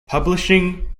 publishing